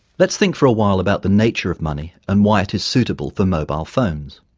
let's think for a while about the nature of money and why is suitable for mobile phones.